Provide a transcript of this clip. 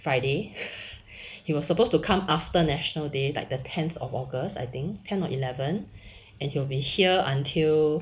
friday he was supposed to come after national day like the tenth of august I think ten or eleven and he will be here until